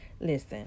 listen